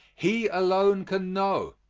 he alone can know.